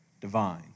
divine